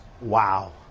wow